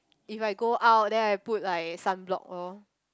if I go out then I put like sunblock lor